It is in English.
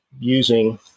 using